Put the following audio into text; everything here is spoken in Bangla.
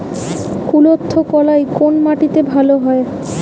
কুলত্থ কলাই কোন মাটিতে ভালো হয়?